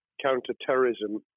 counter-terrorism